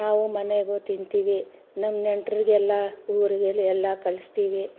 ನಾವು ಮನೆಗೂ ತಿಂತೀವಿ ನಮ್ಮ ನೆಂಟರಿಗೆಲ್ಲ ಊರಿಗೆ ಎಲ್ಲ ಕಳಿಸ್ತೀವಿ